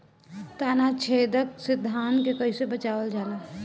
ताना छेदक से धान के कइसे बचावल जाला?